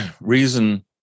reason